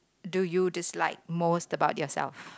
do you dislike most about yourself